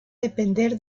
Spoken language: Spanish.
depender